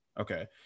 Okay